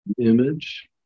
image